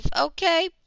okay